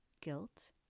Guilt